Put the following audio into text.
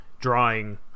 drawing